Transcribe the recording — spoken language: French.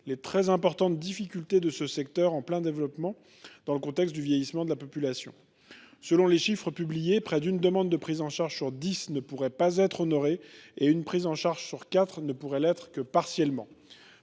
les très importantes difficultés de ce secteur en plein développement dans le contexte du vieillissement de la population. Selon les chiffres publiés, près d’une demande de prise en charge sur dix ne pourrait pas être honorée et une demande sur quatre ne pourrait l’être que partiellement.